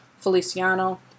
Feliciano